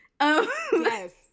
Yes